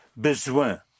besoin